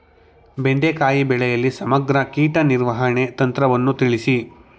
ಬೆಂಡೆಕಾಯಿ ಬೆಳೆಯಲ್ಲಿ ಸಮಗ್ರ ಕೀಟ ನಿರ್ವಹಣೆ ತಂತ್ರವನ್ನು ತಿಳಿಸಿ?